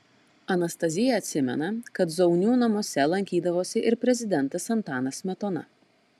anastazija atsimena kad zaunių namuose lankydavosi ir prezidentas antanas smetona